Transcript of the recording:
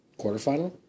quarterfinal